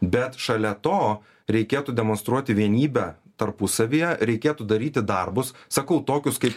bet šalia to reikėtų demonstruoti vienybę tarpusavyje reikėtų daryti darbus sakau tokius kaip